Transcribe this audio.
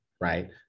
right